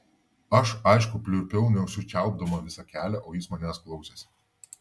aš aišku pliurpiau neužsičiaupdama visą kelią o jis manęs klausėsi